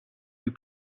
you